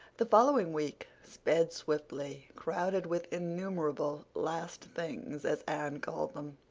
the following week sped swiftly, crowded with innumerable last things, as anne called them.